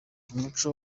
umuco